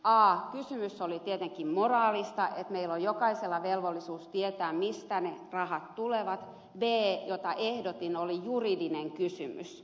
a kysymys oli tietenkin moraalista että meillä on jokaisella velvollisuus tietää mistä ne rahat tulevat b se jota ehdotin oli juridinen kysymys